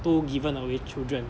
two given away children